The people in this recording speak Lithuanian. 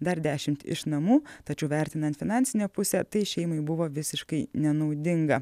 dar dešimt iš namų tačiau vertinant finansinę pusę tai šeimai buvo visiškai nenaudinga